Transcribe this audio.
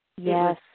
yes